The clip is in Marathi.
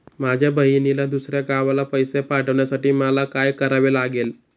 माझ्या बहिणीला दुसऱ्या गावाला पैसे पाठवण्यासाठी मला काय करावे लागेल?